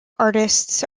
artists